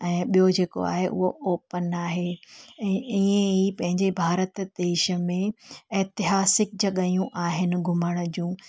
ऐं ॿियो जेको आहे उहो ओपन आहे ऐं ईअं ई पंहिंजे भारत देश में एतिहासिक जॻहियूं आहिनि घुमण जूं